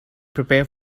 prepare